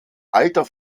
alter